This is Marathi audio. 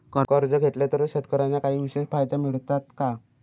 कर्ज घेतले तर शेतकऱ्यांना काही विशेष फायदे मिळतात का?